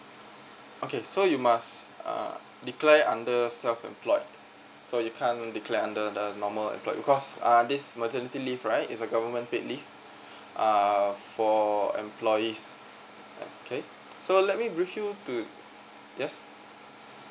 okay so you must uh declare under self employed so you can't declare under the normal employed because err this maternity leave right it's a government paid leave uh for employees okay so let me brief you to yes